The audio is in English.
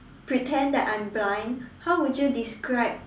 pretend that I'm blind how would you describe